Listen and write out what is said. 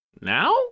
now